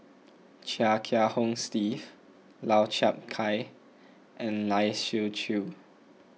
Chia Kiah Hong Steve Lau Chiap Khai and Lai Siu Chiu